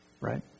right